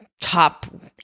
top